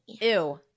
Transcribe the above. Ew